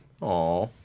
Aw